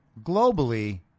globally